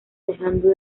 dejando